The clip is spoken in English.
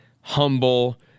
humble